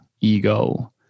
ego